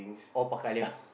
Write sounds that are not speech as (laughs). all bao ka liao (laughs)